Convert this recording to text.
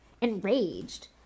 Enraged